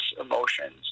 emotions